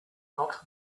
not